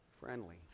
friendly